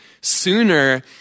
sooner